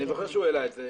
אני זוכר שהוא העלה את זה,